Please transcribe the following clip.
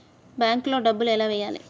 బ్యాంక్లో డబ్బులు ఎలా వెయ్యాలి?